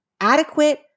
adequate